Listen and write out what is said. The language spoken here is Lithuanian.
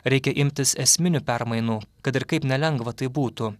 reikia imtis esminių permainų kad ir kaip nelengva tai būtų